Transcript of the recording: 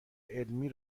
علمی